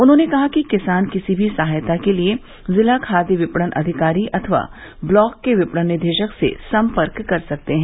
उन्होंने कहा किसान किसी भी सहायता के लिए जिला खाद्य विपणन अधिकारी अथवा ब्लॉक के विपणन निदेशक से सम्पर्क कर सकते हैं